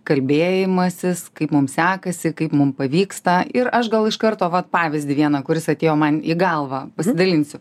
kalbėjimasis kaip mum sekasi kaip mum pavyksta ir aš gal iš karto vat pavyzdį vieną kuris atėjo man į galvą pasidalinsiu